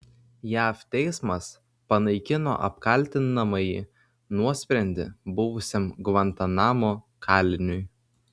jav teismas panaikino apkaltinamąjį nuosprendį buvusiam gvantanamo kaliniui